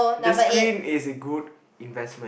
the screen is a good investment